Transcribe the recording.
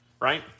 Right